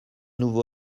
nouveau